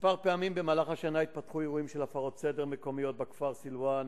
כמה פעמים במהלך השנה התפתחו אירועים של הפרות סדר מקומיות בכפר סילואן,